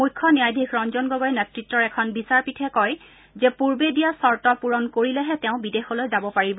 মুখ্য ন্যায়াধীশ ৰঞ্জন গগৈৰ নেতৃতৰ এখন বিচাৰপীঠে কয় যে পূৰ্বে দিয়া চৰ্ত পুৰণ কৰিলেহে তেওঁ বিদেশলৈ যাব পাৰিব